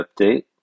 update